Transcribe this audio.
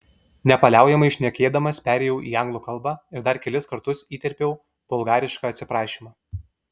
nepaliaujamai šnekėdamas perėjau į anglų kalbą ir dar kelis kartus įterpiau bulgarišką atsiprašymą